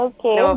Okay